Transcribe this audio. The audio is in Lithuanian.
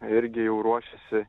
irgi jau ruošiasi